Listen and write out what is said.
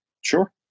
Sure